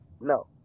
no